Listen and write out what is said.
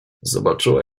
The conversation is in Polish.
zobaczyła